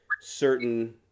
certain